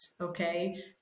Okay